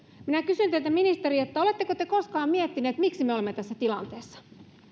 minä kysyn teiltä ministeri oletteko te koskaan miettinyt miksi me olemme tässä tilanteessa